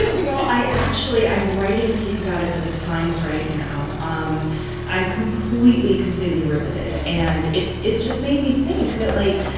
well, i actually i'm writing a piece about it for the times right now. um i'm completely, completely riveted. and it's it's just made me think that, like,